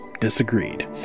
disagreed